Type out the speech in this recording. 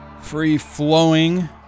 free-flowing